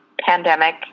pandemic